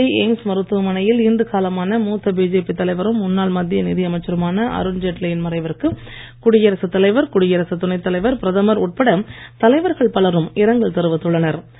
புதுடெல்லி AIIMS மருத்துவமனையில் இன்று காலமான மூத்த பிஜேபி தலைவரும் முன்னாள் மத்திய நிதியமைச்சருமான அருண்ஜெட்லி யின் மறைவிற்கு குடியரசுத் தலைவர் குடியரசுத் துணைத் தலைவர் பிரதமர் உட்பட தலைவர்கள் பலரும் இரங்கல் தெரிவித்துள்ளனர்